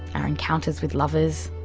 our encounters with lovers.